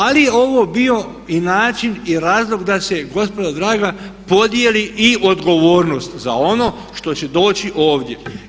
Ali, ovo je bio i način i razlog da se gospodo draga podijeli i odgovornost za ono što će doći ovdje.